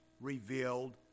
revealed